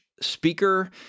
speaker